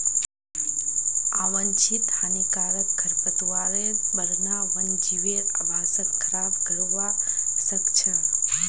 आवांछित हानिकारक खरपतवारेर बढ़ना वन्यजीवेर आवासक खराब करवा सख छ